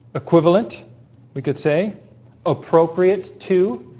equivalent we could say appropriate to